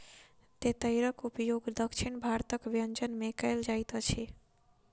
तेतैरक उपयोग दक्षिण भारतक व्यंजन में कयल जाइत अछि